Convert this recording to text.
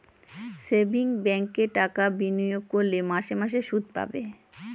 savings ব্যাঙ্কে টাকা বিনিয়োগ করলে মাসে মাসে শুদ পাবে